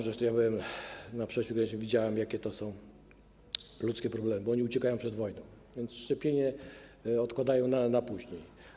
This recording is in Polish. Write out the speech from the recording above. Przecież ja byłem na przejściu granicznym, widziałem, jakie to są ludzkie problemy, bo oni uciekają przed wojną, więc szczepienie odkładają na później.